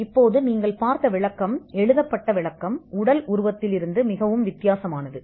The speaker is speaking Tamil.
இப்போது நீங்கள் இப்போது பார்த்த விளக்கம் எழுதப்பட்ட விளக்கம் உடல் உருவத்திலிருந்து மிகவும் வித்தியாசமானது